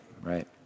Right